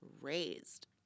raised